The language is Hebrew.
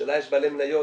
שלה יש בעלי מניות